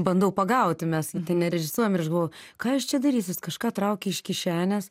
bandau pagauti mes ten nerežisuojam ir aš galvo kas jis čia darys jis kažką traukia iš kišenės